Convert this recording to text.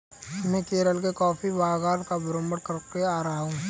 मैं केरल के कॉफी बागान का भ्रमण करके आ रहा हूं